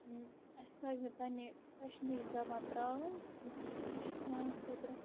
اسہِ پزِ نہٕ پنٕنہِ کشمیٖری زبان تراوٕنۍ کینہہ یہِ چھِ سانہِ خٲطرٕ